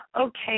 okay